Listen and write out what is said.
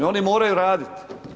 Oni moraju raditi.